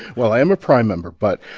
well, i am a prime member, but.